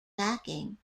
backing